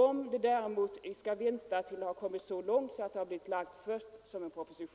Om man däremot skall vänta så länge med remissen att proposition först hunnit framläggas